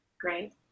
Great